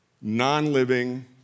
non-living